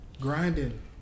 Grinding